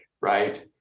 right